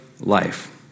life